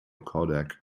codec